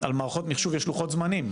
על מערכות מחשוב, יש לוחות זמנים.